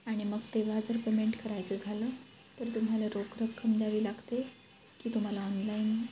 आणि मग तेव्हा जर पेमेंट करायचं झालं तर तुम्हाला रोख रक्कम द्यावी लागते की तुम्हाला ऑनलाईन